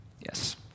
Yes